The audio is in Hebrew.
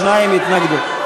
שניים התנגדו.